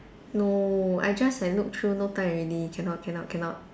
no I just like look through no time already cannot cannot cannot